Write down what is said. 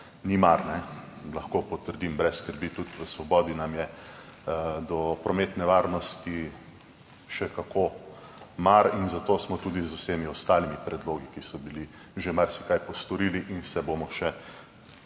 ni mar. Lahko potrdim, brez skrbi, tudi v Svobodi nam je za prometno varnost še kako mar in zato smo tudi z vsemi ostalimi predlogi, ki so bili, že marsikaj postorili in se bomo